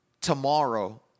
tomorrow